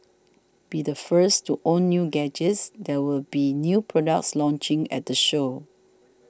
be the first to own new gadgets there will be new products launching at the show